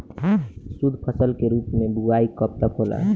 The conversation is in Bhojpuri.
शुद्धफसल के रूप में बुआई कब तक होला?